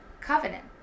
covenant